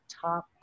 top